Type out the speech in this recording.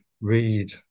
read